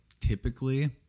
typically